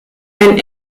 ein